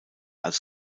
als